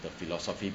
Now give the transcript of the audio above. the philosophy